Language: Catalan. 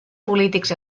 polítics